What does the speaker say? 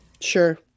Sure